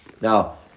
now